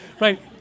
right